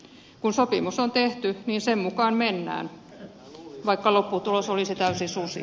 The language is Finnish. kun sopimus on tehty niin sen mukaan mennään vaikka lopputulos olisi täysi susi